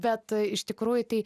bet iš tikrųjų tai